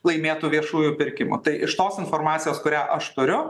laimėtų viešųjų pirkimų tai iš tos informacijos kurią aš turiu